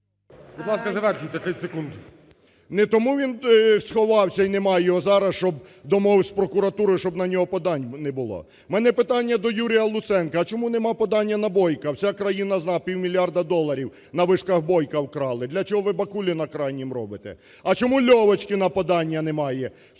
Не тому він сховався, і нема його зараз, що домовився з прокуратурою, щоб на нього подань не було? В мене питання до Юрія Луценка, а чому нема подання на Бойка? Вся країна знає: півмільярда доларів на вишках Бойка вкрали. Для чого ви Бакуліна крайнім робите? А чому Льовочкіна подання немає?